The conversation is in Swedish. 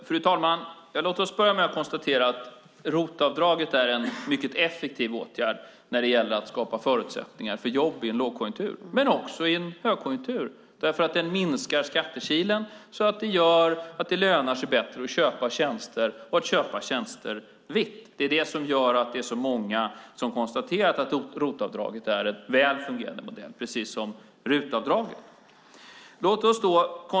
Fru talman! Låt oss börja med att konstatera att ROT-avdraget är en mycket effektiv åtgärd när det gäller att skapa förutsättningar för jobb i en lågkonjunktur men också i en högkonjunktur. Det är för att det minskar skattekilen som gör att det lönar sig bättre att köpa tjänster och att köpa tjänster vitt. Det är det som gör att så många konstaterat att ROT-avdraget är en väl fungerande modell, precis som RUT-avdraget.